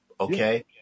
okay